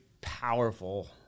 powerful